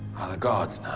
are the gods